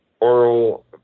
oral